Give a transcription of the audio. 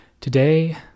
today